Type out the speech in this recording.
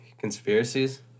conspiracies